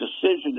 decision